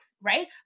right